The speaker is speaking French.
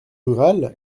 rurales